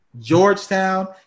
georgetown